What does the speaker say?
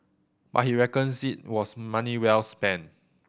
but he reckons it was money well spent